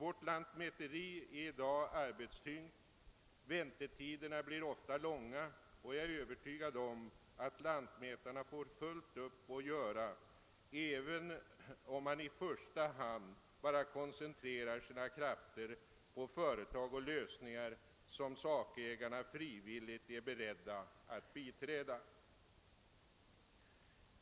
Vårt lantmäteri är i dag arbetstyngt, väntetiderna blir ofta långa och jag är övertygad om att lantmätarna får fullt upp att göra även om de i första hand koncentrerar sina krafter på företag och lösningar som sakägarna frivilligt är beredda att biträda.